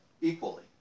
equally